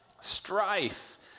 strife